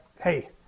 hey